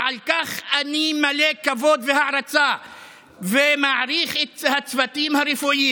ועל כך אני מלא כבוד והערצה ומעריך את הצוותים הרפואיים,